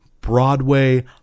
Broadway